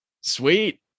Sweet